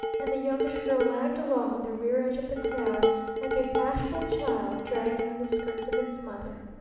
and the youngish girl lagged along on the rear edge of the crowd like a bashful child dragging on the skirts of its mother.